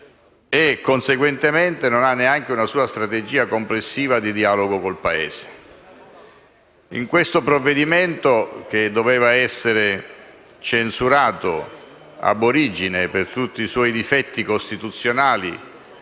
e, conseguentemente, neanche una sua strategia complessiva di dialogo con il Paese. Il provvedimento doveva essere censurato *ab origine* per tutti i suoi difetti costituzionali